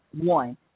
One